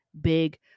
big